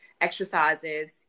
exercises